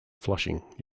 flushing